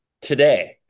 Today